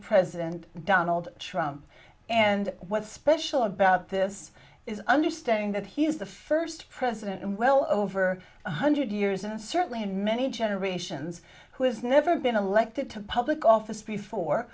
president donald trump and what's special about this is understanding that he's the first president in well over one hundred years and certainly in many generations who has never been elected to public office before